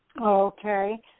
Okay